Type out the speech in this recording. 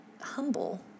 humble